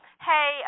hey